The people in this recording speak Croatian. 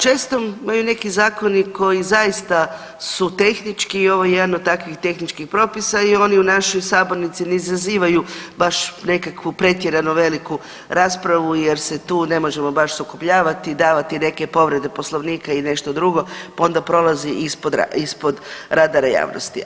Često imaju neki zakoni koji zaista su tehnički i ovo je jedan od takvih tehničkih propisa i oni u našoj sabornici ne izazivaju baš nekakvu pretjerano veliku raspravu jer se tu ne možemo baš sukobljavati i davati neke povrede Poslovnika i nešto drugo pa onda prolazi ispod, ispod radara javnosti.